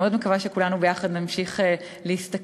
אני מאוד מקווה שכולנו ביחד נמשיך להסתכל